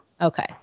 Okay